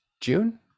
June